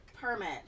Permit